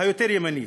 היותר-ימני.